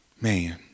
Man